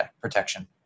protection